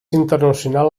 internacional